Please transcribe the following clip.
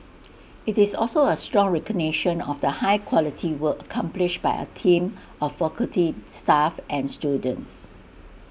IT is also A strong recognition of the high quality work accomplished by our team of faculty staff and students